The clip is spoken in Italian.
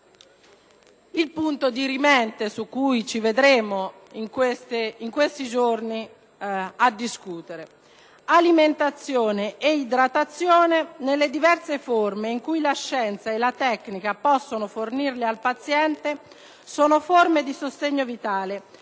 6, punto dirimente su cui ci vedremo in questi giorni a discutere, che: «(...) l'alimentazione e l'idratazione, nelle diverse forme in cui la scienza e la tecnica possono fornirle al paziente, sono forme di sostegno vitale